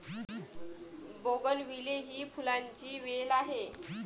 bougainvillea ही फुलांची वेल आहे